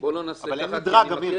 אין מדרג.